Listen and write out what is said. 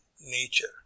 nature